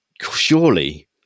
surely